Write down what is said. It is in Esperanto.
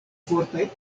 fortaj